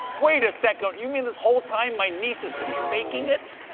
wait a second! you mean this whole time my niece has been faking it?